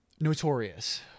Notorious